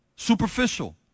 Superficial